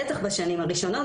בטח בשנים הראשונות.